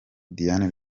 diane